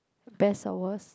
best or worst